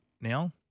now